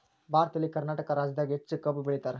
ಭಾರತದಲ್ಲಿ ಕರ್ನಾಟಕ ರಾಜ್ಯದಾಗ ಹೆಚ್ಚ ಕಬ್ಬ್ ಬೆಳಿತಾರ